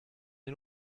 est